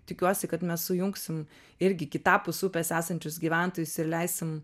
tikiuosi kad mes sujungsim irgi kitapus upės esančius gyventojus ir leisim